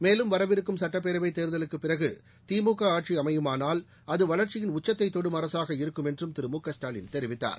மேலும் வரவிருக்கும் சட்டப்பேரவைத் தேர்தலுக்குப் பிறகு திமுக ஆட்சி அமையுமானால் அது வளர்ச்சியில் உச்சத்தை தொடும் அரசாக இருக்கும் என்றும் திரு மு க ஸ்டாலின் தெரிவித்தார்